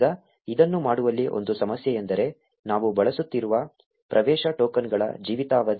ಈಗ ಇದನ್ನು ಮಾಡುವಲ್ಲಿ ಒಂದು ಸಮಸ್ಯೆ ಎಂದರೆ ನಾವು ಬಳಸುತ್ತಿರುವ ಪ್ರವೇಶ ಟೋಕನ್ಗಳ ಜೀವಿತಾವಧಿ